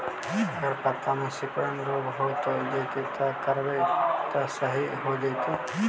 अगर पत्ता में सिकुड़न रोग हो जैतै त का करबै त सहि हो जैतै?